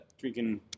Drinking